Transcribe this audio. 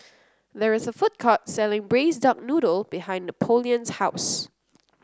there is a food court selling Braised Duck Noodle behind Napoleon's house